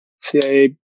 CIA